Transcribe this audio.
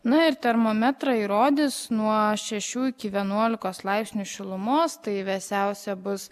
na ir termometrai rodys nuo šešių iki vienuolikos laipsnių šilumos tai vėsiausia bus